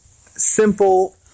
simple